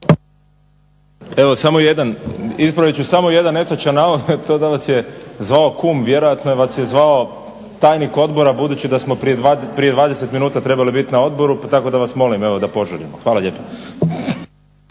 Evo samo jedan, ispravit ću samo jedan netočan navod to da vas je zvao kum. Vjerojatno vas je zvao tajnik odbora budući da smo prije 20 minuta trebali biti na odboru, tako da vas molim evo da požurimo. Hvala lijepa.